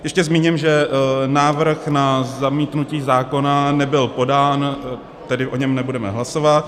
Ještě zmíním, že návrh na zamítnutí zákona nebyl podán, tedy o něm nebudeme hlasovat.